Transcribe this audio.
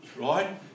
right